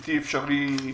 בלתי אפשרי.